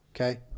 Okay